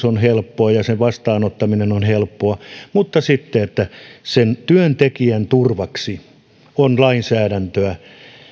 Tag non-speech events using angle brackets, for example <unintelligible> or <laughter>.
<unintelligible> on helppoa ja sen vastaanottaminen on helppoa mutta että sen työntekijän turvaksi on lainsäädäntöä